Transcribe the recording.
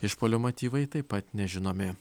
išpuolio motyvai taip pat nežinomi